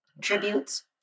tributes